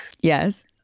Yes